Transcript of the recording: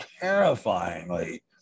terrifyingly